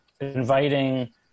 inviting